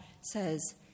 says